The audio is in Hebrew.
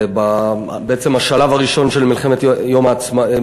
בעצם השלב הראשון של מלחמת העצמאות.